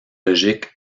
logiques